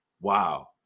Wow